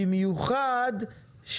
במיוחד.